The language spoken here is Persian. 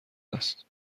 است